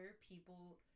people